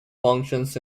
functions